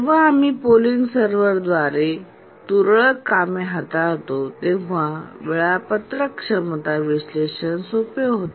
जेव्हा आम्ही polling server द्वारे तुरळक कामे हाताळतो तेव्हा वेळापत्रक क्षमता विश्लेषण सोपे होते